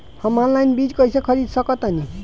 हम ऑनलाइन बीज कईसे खरीद सकतानी?